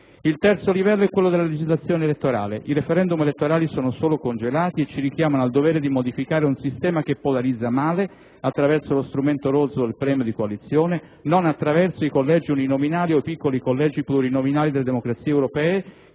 Il terzo livello è quello della legislazione elettorale. I *referendum* elettorali sono solo congelati e ci richiamano al dovere di modificare un sistema che polarizza male, attraverso lo strumento rozzo del premio di coalizione, non attraverso i collegi uninominali o i piccoli collegi plurinominali delle democrazie europee,